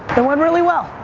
it went really well.